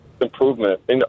improvement